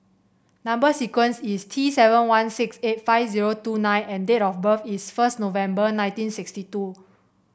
number sequence is T seven one six eight five zero two nine and date of birth is first November nineteen sixty two